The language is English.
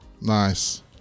nice